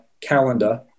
calendar